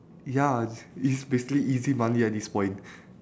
ya is is basically easy money at this point